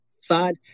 side